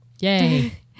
yay